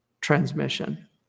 transmission